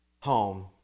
home